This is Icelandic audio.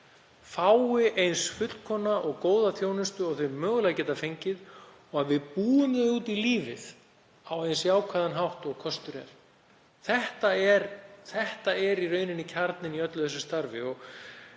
fái eins fullkomna og góða þjónustu og þau geta mögulega fengið og að við búum þau út í lífið á eins jákvæðan hátt og kostur er. Þetta er í rauninni kjarninn í öllu þessu starfi.